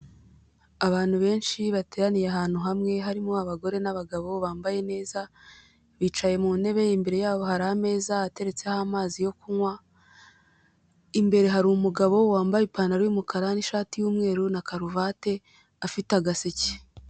Abantu benshi bateraniye ahantu hamwe harimo abagore n'abagabo bambaye neza bicaye mu ntebe imbere yabo hari ameza ateretse aho amazi yo kunywa, imbere hari umugabo wambaye ipantaro y'umukara n'ishati y'umweru na karuvati afite agaseke.